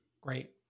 Great